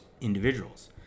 individuals